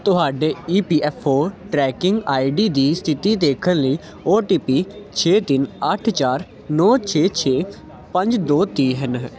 ਤੁਹਾਡੇ E P F O tracking I D ਦੀ ਸਥਿਤੀ ਦੇਖਣ ਲਈ ਓ ਟੀ ਪੀ ਛੇ ਤਿੰਨ ਅੱਠ ਚਾਰ ਨੋ ਛੇ ਛੇ ਪੰਜ ਦੋ ਤੀਹ ਹਨ